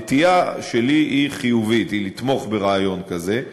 הנטייה שלי היא חיובית, היא לתמוך ברעיון כזה.